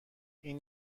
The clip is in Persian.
این